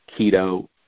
keto